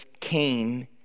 came